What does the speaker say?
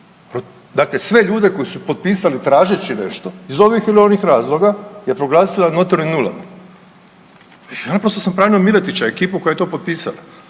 Dakle sve ljude koji su potpisali tražeći nešto iz ovih ili onih razloga je proglasila notornim nulama i naprosto sam pravdao Miletića i ekipu koja je to potpisala